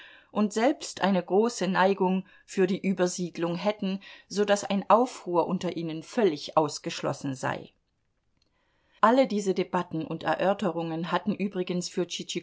und selbst eine große neigung für die übersiedlung hätten so daß ein aufruhr unter ihnen völlig ausgeschlossen sei alle diese debatten und erörterungen hatten übrigens für